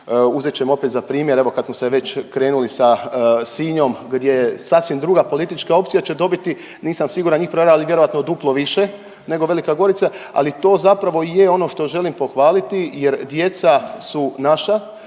uzet ćemo opet za primjer evo kad smo se već krenuli sa Sinjom gdje je sasvim druga politička opcija, će dobiti, nisam siguran…/Govornik se ne razumije./…ali vjerojatno duplo više nego Velika Gorica, ali to zapravo i je ono što želim pohvaliti jer djeca su naša